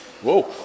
Whoa